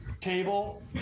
table